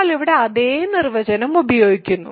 നമ്മൾ ഇവിടെ അതേ നിർവചനം ഉപയോഗിക്കുന്നു